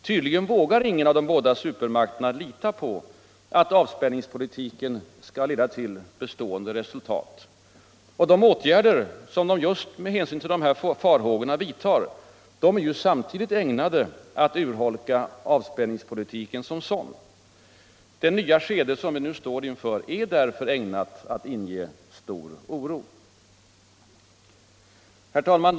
Tydligen vågar ingen av de båda supermakterna lita på att avspänningspolitiken skall leda till bestående resultat. Och de åtgärder som man just med hänsyn till de här farhågorna vidtar är samtidigt ägnade att urholka avspänningspolitiken som sådan. Det nya skede som vi nu står inför är därför ägnat att inge stor oro. Herr talman!